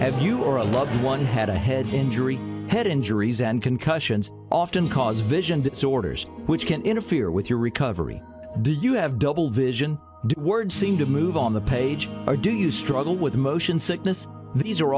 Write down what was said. have you or a loved one had a head injury head injuries and concussions often cause vision disorders which can interfere with your recovery do you have double vision words seem to move on the page or do you struggle with motion sickness these are